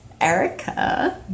Erica